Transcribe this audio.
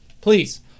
please